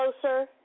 closer